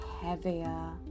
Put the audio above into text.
heavier